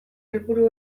helburu